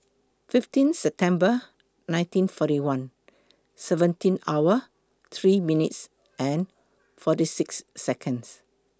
fifteen September nineteen forty one seventeen hour three minutes and forty six Seconds